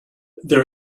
there